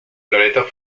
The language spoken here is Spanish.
loreto